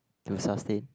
to sustain